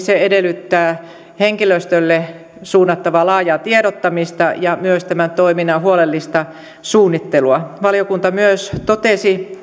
edellyttää henkilöstölle suunnattavaa laajaa tiedottamista ja myös tämän toiminnan huolellista suunnittelua valiokunta myös totesi